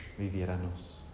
viviéramos